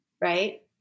right